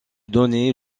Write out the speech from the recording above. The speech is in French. donnait